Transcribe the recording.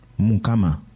Mukama